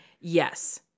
Yes